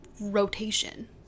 rotation